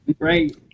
great